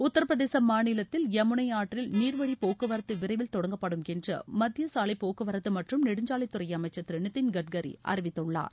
உத்தரபிரதேச மாநிலத்தில் யமுனை ஆற்றில் நீர்வழி போக்குவரத்து விரைவில் தொடங்கப்படும் என்று மத்திய சாலை போக்குவரத்து மற்றும் நெடுஞ்சாலைத்துறை அமைச்சர் திரு நிதின் கட்கரி அறிவித்துள்ளார்